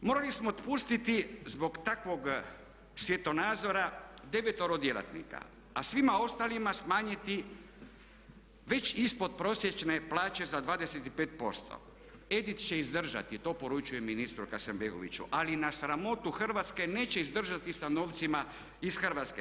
Morali smo otpustiti zbog takvog svjetonazora devetoro djelatnika a svima ostalima smanjiti već ispod prosječne plaće za 25%, EDIT će izdržati, to poručuje ministru Hasanbegoviću ali na sramotu Hrvatske neće izdržati sa novcima iz Hrvatske.